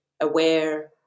aware